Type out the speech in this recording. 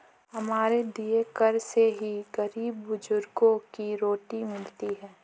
हमारे दिए कर से ही गरीब बुजुर्गों को रोटी मिलती है